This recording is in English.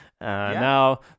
Now